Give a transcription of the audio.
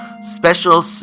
special